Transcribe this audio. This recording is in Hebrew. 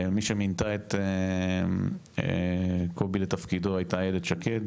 מי שמינתה את קובי לתפקידו הייתה איילת שקד,